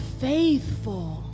faithful